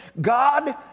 God